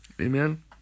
Amen